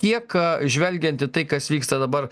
kiek žvelgiant į tai kas vyksta dabar